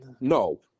No